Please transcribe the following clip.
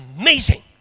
Amazing